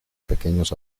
pequeños